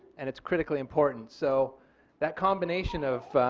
and it is critically important so that combination of